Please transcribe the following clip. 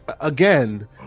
Again